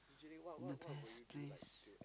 the best place